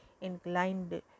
inclined